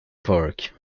park